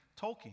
Tolkien